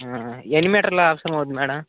ఎన్ని మీటర్లు అవసరం అవ్వుద్ది మ్యాడం